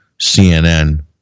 CNN